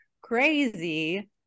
crazy